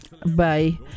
Bye